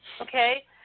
Okay